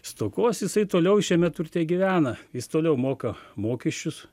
stokos jisai toliau šiame turte gyvena jis toliau moka mokesčius